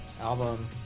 album